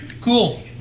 Cool